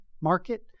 market